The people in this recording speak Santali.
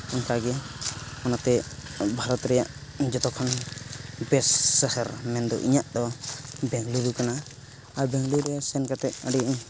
ᱚᱱᱠᱟᱜᱮ ᱱᱚᱛᱮ ᱵᱷᱟᱨᱚᱛ ᱨᱮᱭᱟᱜ ᱡᱚᱛᱚ ᱠᱷᱚᱱ ᱵᱮᱥ ᱥᱚᱦᱚᱨ ᱢᱮᱱᱫᱚ ᱤᱧᱟᱹᱜ ᱫᱚ ᱵᱮᱝᱞᱩᱨᱩ ᱠᱟᱱᱟ ᱟᱨ ᱵᱮᱝᱞᱳᱨ ᱨᱮ ᱥᱮᱱ ᱠᱟᱛᱮᱫ ᱟᱹᱰᱤ